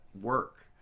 work